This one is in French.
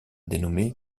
dénommé